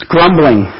Grumbling